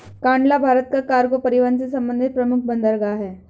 कांडला भारत का कार्गो परिवहन से संबंधित प्रमुख बंदरगाह है